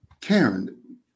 Karen